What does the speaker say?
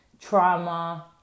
trauma